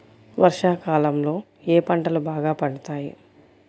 వర్షాకాలంలో ఏ పంటలు బాగా పండుతాయి?